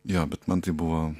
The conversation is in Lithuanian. jo bet man tai buvo